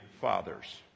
fathers